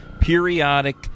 periodic